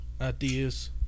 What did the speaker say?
ideas